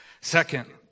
Second